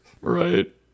Right